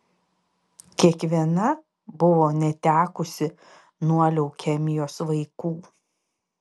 kiekviena buvo netekusi nuo leukemijos vaikų